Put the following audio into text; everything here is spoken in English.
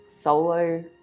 solo